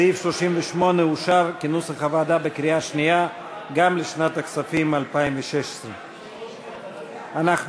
סעיף 38 כנוסח הוועדה אושר בקריאה שנייה גם לשנת הכספים 2016. אנחנו